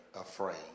afraid